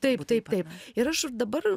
taip taip taip ir aš dabar